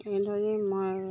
এইদৰে মই